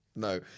No